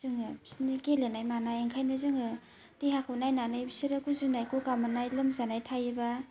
जोङो बिसोरनि गेलेनाय मानाय ओंखायनो जोङो देहाखौ नायनानै बिसोरो गुजुनाय गगा मोननाय लोमजानाय थायोबा